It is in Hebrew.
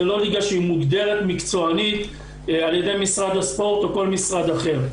זו לא ליגה שהיא מוגדרת מקצוענית על ידי משרד הספורט או כל משרד אחר.